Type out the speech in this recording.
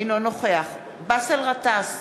אינו נוכח באסל גטאס,